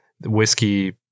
whiskey